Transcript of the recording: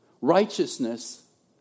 righteousness